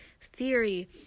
theory